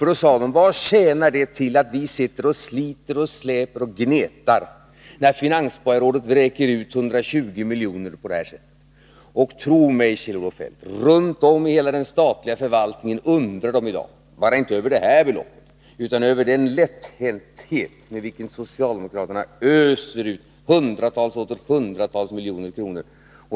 Då sade de: Vad tjänar det till att vi sitter och sliter och släpar och gnetar när finansborgarrådet vräker ut 120 milj.kr. på det här sättet? Tro mig, Kjell-Olof Feldt, runt om i hela den statliga förvaltningen undrar man i dag inte bara över det här beloppet utan också över den rundhänthet med vilken socialdemokraterna öser ut hundratals och åter hundratals miljoner kronor.